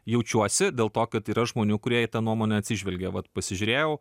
jaučiuosi dėl to kad yra žmonių kurie į tą nuomonę atsižvelgia vat pasižiūrėjau